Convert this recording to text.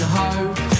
hope